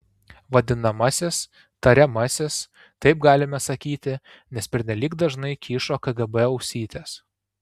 vadinamasis tariamasis taip galime sakyti nes pernelyg dažnai kyšo kgb ausytės